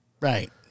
Right